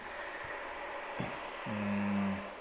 hmm